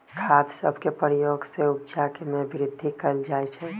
खाद सभके प्रयोग से उपजा में वृद्धि कएल जाइ छइ